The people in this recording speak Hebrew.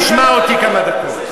עכשיו תשמע אותי כמה דקות.